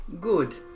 Good